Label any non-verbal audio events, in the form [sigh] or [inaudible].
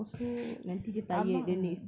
[laughs] abang